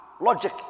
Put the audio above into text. Logic